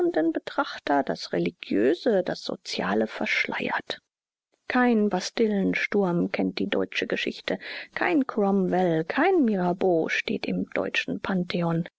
betrachter das religiöse das soziale verschleiert keinen bastillensturm kennt die deutsche geschichte kein cromwell kein mirabeau steht im deutschen pantheon